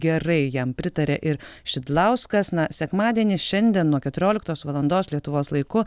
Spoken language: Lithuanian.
gerai jam pritarė ir šidlauskas na sekmadienį šiandien nuo keturioliktos valandos lietuvos laiku